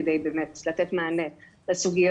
כדי באמת לתת מענה לסוגיות